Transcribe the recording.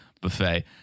buffet